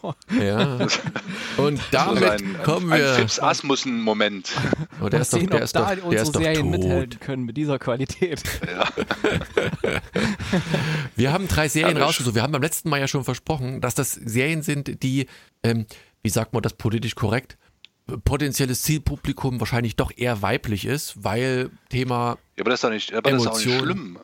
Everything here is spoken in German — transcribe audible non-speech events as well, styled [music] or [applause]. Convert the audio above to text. Ja. [laughs] [laughs] Das Und ist so damit ein- ein- kommen ein wir- Fips-Asmussen-Moment. Oh, der Mal ist doch- sehen, der ob ist doch- da der unsere ist doch Serien tot. mithalten können mit dieser Qualität. Ja. [laughs] Wir haben drei Serien Ja, da- rausgesucht. Wir haben beim letzten Mal ja schon versprochen, dass das Serien sind, die, ähm, wie sagt man das politisch korrekt? Potenzielles Zielpublikum wahrscheinlich doch eher weiblich ist, weil Thema Ja, aber das ist doch nicht- aber das ist doch nicht Emotionen. schlimm.